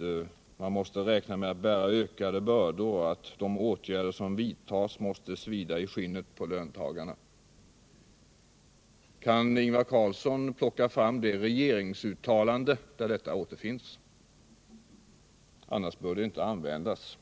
”medborgarna måste räkna med att bära ökade bördor och att de åtgärder som vidtas måste svida i skinnet på löntagarna”. Kan Ingvar Carlsson visa på det regeringsuttalande där denna mening återfinns? Om inte bör uttalandet inte användas.